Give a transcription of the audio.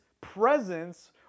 presence